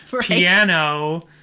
piano